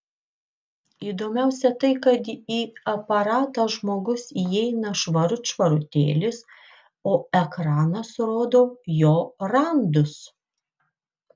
įdomiausia tai kad į aparatą žmogus įeina švarut švarutėlis o ekranas rodo jo randus